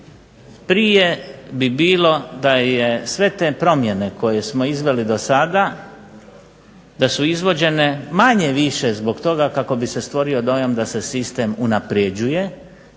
prije bi bilo da je sve te promjene koje smo izveli do sada, da su izvođene manje-više zbog toga kako bi se stvorio dojam da se sistem unaprjeđuje,